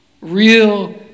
Real